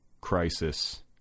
crisis